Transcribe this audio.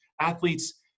athletes